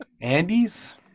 Andes